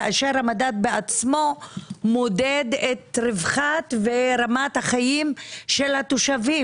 כאשר המדד בעצמו מודד את רווחת ורמת החיים של התושבים.